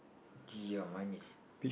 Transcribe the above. yeah mine is